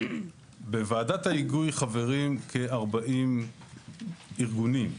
בוועדת ההיגוי חברים כ-40 ארגונים.